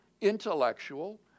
intellectual